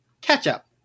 ketchup